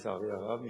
לצערי הרב,